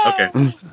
Okay